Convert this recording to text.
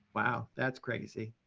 wow, that's crazy.